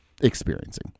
experiencing